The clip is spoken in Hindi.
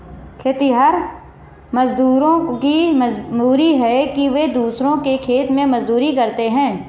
खेतिहर मजदूरों की मजबूरी है कि वे दूसरों के खेत में मजदूरी करते हैं